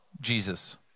Jesus